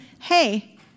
Hey